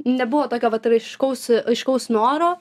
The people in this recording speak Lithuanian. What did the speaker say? nebuvo tokio vat raiškaus aiškaus noro